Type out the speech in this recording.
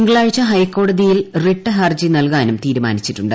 തിങ്കളാഴ്ച ഹൈക്കോടതി യിൽ റിട്ട് ഹർജി നൽകാനും തീരുമാനിച്ചിട്ടുണ്ട്